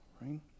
right